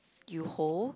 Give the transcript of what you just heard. you hold